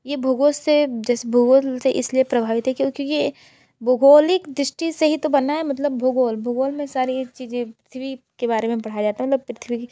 ये भूगोल से जैसे भूगोल से इस लिए प्रभावित है क्योंकि ये भूगौलिक दृष्टि से ही तो बना है मतलब भूगोल भूगोल में ही सारी ये चीज़े पृथ्वी के बारे में पढ़ाया जाता है मतलब पृथ्वी की